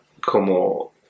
como